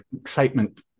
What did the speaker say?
excitement